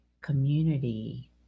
community